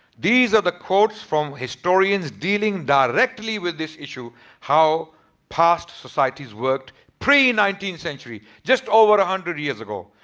these are the quotes from historians dealing directly with this issue how past societies worked pre nineteenth century. just over a hundred years ago.